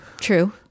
True